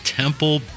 temple